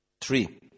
three